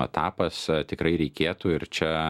etapas tikrai reikėtų ir čia